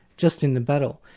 just in the battle.